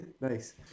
Nice